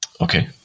Okay